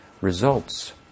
results